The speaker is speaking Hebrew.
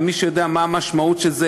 ומי שיודע מה המשמעות של זה,